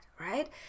right